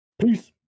Peace